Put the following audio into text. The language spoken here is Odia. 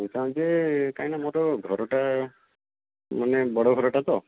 କହି ଥାଆନ୍ତି ଯେ କାହିଁକି ନା ମୋର ଘର ଟା ମାନେ ବଡ଼ ଘର ଟା ତ